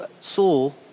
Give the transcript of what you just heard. Saul